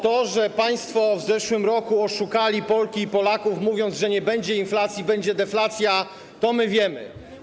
To, że państwo w zeszłym roku oszukali Polki i Polaków, mówiąc, że nie będzie inflacji, będzie deflacja, to my wiemy.